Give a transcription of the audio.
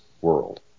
world